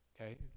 Okay